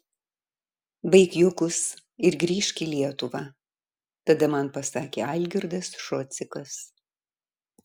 baik juokus ir grįžk į lietuvą tada man pasakė algirdas šocikas